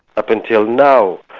up until now,